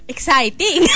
Exciting